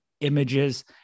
images